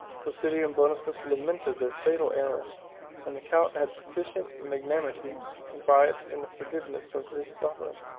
placidia and boniface lamented their fatal error and the count had sufficient magnanimity to confide in the forgiveness of his sovereign,